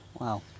Wow